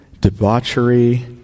debauchery